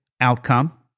outcome